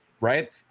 right